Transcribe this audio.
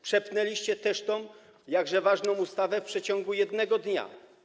Przepchnęliście też tę jakże ważną ustawę w przeciągu 1 dnia.